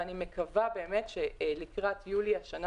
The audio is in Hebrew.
ואני מקווה שלקראת יולי השנה,